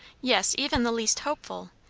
yes, even the least hopeful,